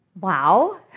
wow